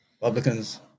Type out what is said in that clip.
Republicans